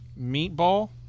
meatball